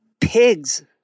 Pigs